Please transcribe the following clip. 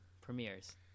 premieres